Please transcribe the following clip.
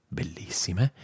bellissime